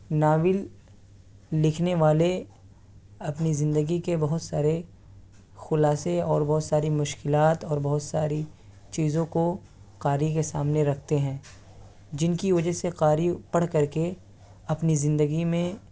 novel لکھنے والے اپنی زندگی کے بہت سارے خلاصے اور بہت ساری مشکلات اور بہت ساری چیزوں کو قاری کے سامنے رکھتے ہیں جن کی وجہ سے قاری پڑھ کر کے اپنی زندگی میں